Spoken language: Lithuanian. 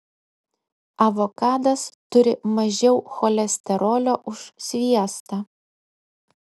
avokadas turi mažiau cholesterolio už sviestą